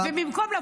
תם.